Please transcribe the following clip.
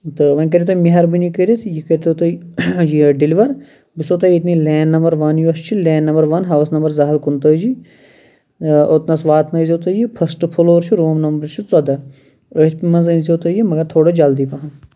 تہٕ وۄنۍ کٔرِو تُہۍ مِہربٲنی کٔرِتھ یہِ کٔرتو تُہۍ یہِ ڈیٚلور بہٕ چھُسو تۄہہِ ییٚتِنٕے لین نَمبر وَن یۄس چھِ lane number one house number زٕ ہَتھ کُنتٲجی تہٕ اوٚتنَس واتنٲیِزیٚو تُہی یہٕ فاسٹہٕ فٕلور چھُ روٗم نَمبر چھُ ژۄدَہ أتھۍ منٛز أنٛۍ زیٚو تُہۍ یہٕ مگر تھوڑا جَلدی پَہَم